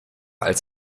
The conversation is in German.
als